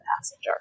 passenger